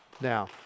Now